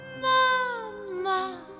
Mama